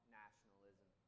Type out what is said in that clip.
nationalism